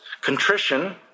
Contrition